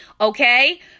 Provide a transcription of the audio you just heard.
okay